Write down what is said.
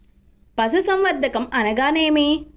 పశుసంవర్ధకం అనగా ఏమి?